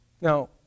Now